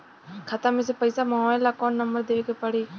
खाता मे से पईसा मँगवावे ला कौन नंबर देवे के पड़ी?